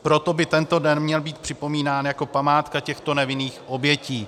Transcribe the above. Proto by tento den měl být připomínán jako památka těchto nevinných obětí.